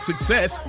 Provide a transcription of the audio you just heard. Success